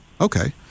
okay